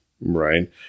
right